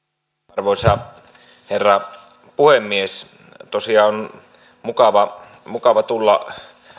arvoisa herra puhemies tosiaan on mukava mukava tulla